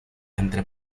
entre